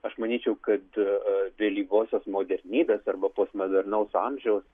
aš manyčiau kad vėlyvosios modernybės arba postmodernaus amžiaus